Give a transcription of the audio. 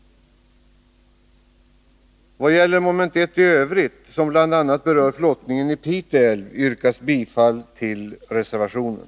Vad gäller mom. 1 i övrigt, som bl.a. berör flottningen i Pite älv, yrkas bifall till reservationen.